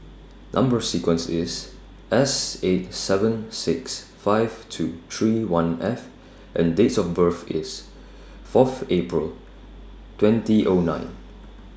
Number sequence IS S eight seven six five two three one F and Date of birth IS Fourth April twenty O nine